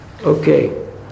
Okay